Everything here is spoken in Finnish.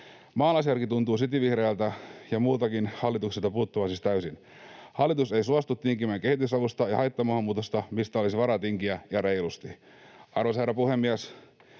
Maalaisjärki tuntuu cityvihreiltä ja muultakin hallitukselta puuttuvan siis täysin. Hallitus ei suostu tinkimään kehitysavusta ja haittamaahanmuutosta, mistä olisi varaa tinkiä ja reilusti. Arvoisa herra puhemies!